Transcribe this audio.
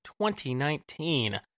2019